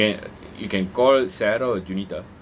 you can you can call sarah or junita